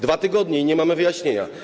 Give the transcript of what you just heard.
2 tygodnie i nie mamy wyjaśnienia.